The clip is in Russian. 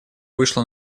вышла